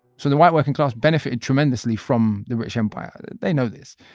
so the white working class benefited tremendously from the british empire. they know this.